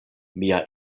mia